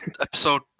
Episode